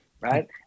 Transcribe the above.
right